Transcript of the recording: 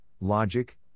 logic